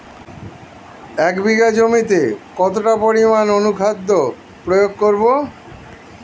এক বিঘা জমিতে কতটা পরিমাণ অনুখাদ্য প্রয়োগ করব?